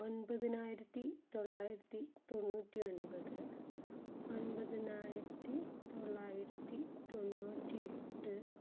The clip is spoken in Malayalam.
ഒൻപതിനായിരത്തി തൊള്ളായിരത്തി തൊണ്ണൂറ്റി ഒൻപത് ഒൻപത്തിനായിരത്തി തൊള്ളായിരത്തി തൊണ്ണൂറ്റി എട്ട്